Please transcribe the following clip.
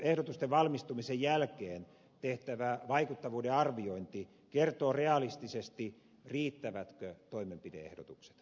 ehdotusten valmistumisen jälkeen tehtävä vaikuttavuuden arviointi kertoo realistisesti riittävätkö toimenpide ehdotukset